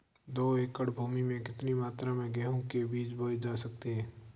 दो एकड़ भूमि में कितनी मात्रा में गेहूँ के बीज बोये जा सकते हैं?